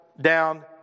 down